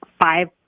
five